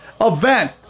event